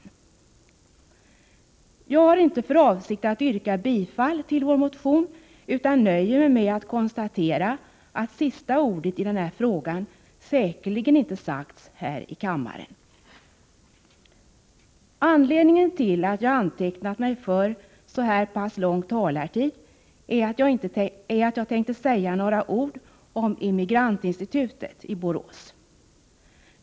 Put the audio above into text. Jag har inte för avsikt att yrka bifall till vår motion utan nöjer mig med att konstatera att sista ordet i denna fråga säkerligen inte sagts här i kammaren. Anledningen till att jag antecknat mig för så pass lång taletid är att jag tänkte säga några ord om Immigrantinstitutet i Borås.